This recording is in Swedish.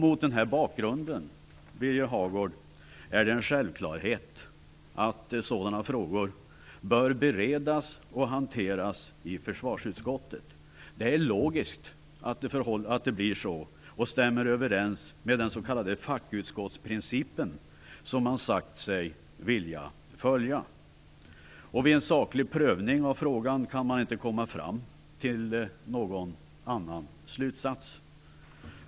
Mot den bakgrunden, Birger Hagård, är det en självklarhet att sådana frågor bör beredas och hanteras av försvarsutskottet. Det är logiskt att det blir så. Det stämmer överens med den s.k. fackutskottsprincipen, som man har sagt sig vilja följa. Vid en saklig prövning av frågan kan man inte komma fram till någon annan slutsats.